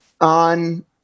on